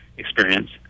experience